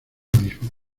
mismo